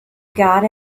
got